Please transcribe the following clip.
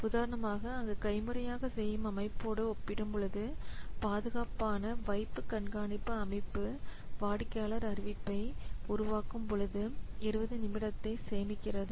உதாரணமாக அங்கே கைமுறையாக செய்யும் அமைப்போடு ஒப்பிடும் பொழுது பாதுகாப்பான வைப்பு கண்காணிப்பு அமைப்பு வாடிக்கையாளர் அறிவிப்பை உருவாக்கும் பொழுது 20 நிமிடத்தை சேமிக்கிறது